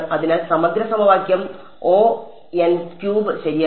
അതിനാൽ സമഗ്ര സമവാക്യം ശരിയായിരുന്നു